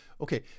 Okay